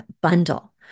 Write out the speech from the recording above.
bundle